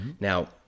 Now